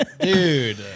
Dude